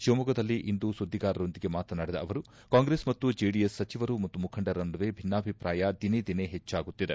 ಶಿವಮೊಗ್ಗದಲ್ಲಿಂದು ಸುದ್ದಿಗಾರರೊಂದಿಗೆ ಮಾತನಾಡಿದ ಅವರು ಕಾಂಗ್ರೆಸ್ ಮತ್ತು ಜೆಡಿಎಸ್ ಸಚಿವರು ಮತ್ತು ಮುಖಂಡರ ನಡುವೆ ಭಿನ್ನಾಭಿಪ್ರಾಯ ದಿನೇ ದಿನೇ ಹೆಚ್ಚಾಗುತ್ತಿದೆ